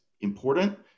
important